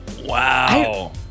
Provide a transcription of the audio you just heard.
Wow